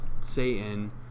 Satan